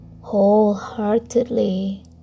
wholeheartedly